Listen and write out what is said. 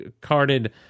carded